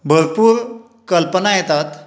भरपूर कल्पना येतात